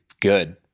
good